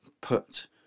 put